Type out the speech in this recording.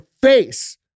face